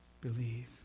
Believe